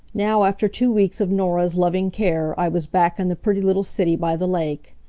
now, after two weeks of norah's loving care, i was back in the pretty little city by the lake.